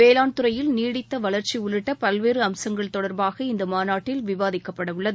வேளாண் துறையில் நீடித்த வளர்ச்சி உள்ளிட்ட பல்வேறு அம்சங்கள் தொடர்பாக இந்த மாநாட்டில் விவாதிக்கப்படவுள்ளது